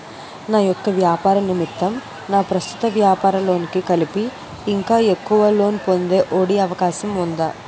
నా యెక్క వ్యాపార నిమిత్తం నా ప్రస్తుత వ్యాపార లోన్ కి కలిపి ఇంకా ఎక్కువ లోన్ పొందే ఒ.డి అవకాశం ఉందా?